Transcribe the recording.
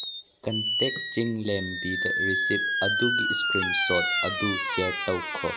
contact ꯆꯤꯡꯂꯦꯝꯕꯤꯗ receipt ꯑꯗꯨꯒꯤ screenshot ꯑꯗꯨ ꯁꯤꯌꯥꯔ ꯇꯧꯈꯣ